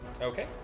okay